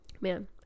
man